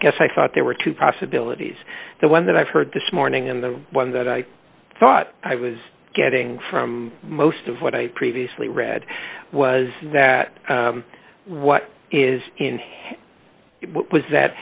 guess i thought there were two possibilities the one that i've heard this morning and the one that i thought i was getting from most of what i previously read was that what is in it was that